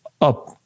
up